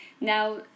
Now